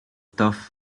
tough